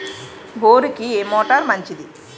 బోరుకి ఏ మోటారు మంచిది?